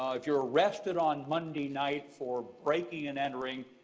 ah if you're arrested on monday night for breaking and entering,